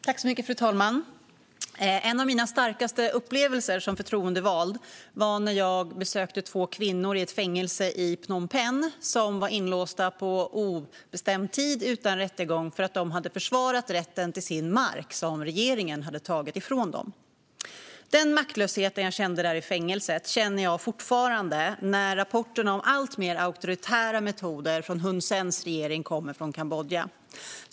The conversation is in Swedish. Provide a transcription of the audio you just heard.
Fru talman! En av mina starkaste upplevelser som förtroendevald var när jag besökte två kvinnor i ett fängelse i Phnom Penh. De hade blivit inlåsta på obestämd tid utan rättegång för att de hade försvarat rätten till sin mark som regeringen hade tagit ifrån dem. Den maktlöshet som jag kände där i fängelset känner jag fortfarande när det kommer rapporter från Kambodja om alltmer auktoritära metoder från Hun Sens regering.